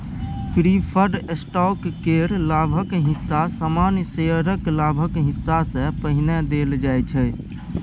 preferred stock केर लाभक हिस्सा सामान्य शेयरक लाभक हिस्सा सँ पहिने देल जाइ छै